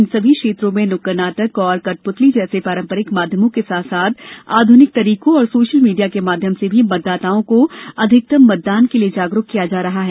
इन सभी क्षेत्रों में नुक्कड़ नाटक और कठपुतली जैसे पारंपरिक माध्यमों के साथ साथ आध्निक तरीको और सोशल मीडिया के माध्यम से भी मतदाताओं को अधिकतम मतदान के लिए जागरूक किया जा रहा है